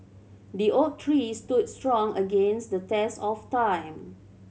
the oak tree stood strong against the test of time